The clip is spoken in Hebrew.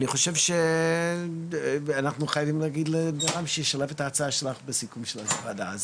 אני אשמח מאוד לשמוע מנועם ליכטר, מתנועת דרכנו.